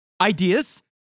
ideas